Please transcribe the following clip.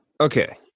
Okay